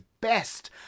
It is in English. best